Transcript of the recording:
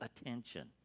attention